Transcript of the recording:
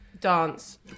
dance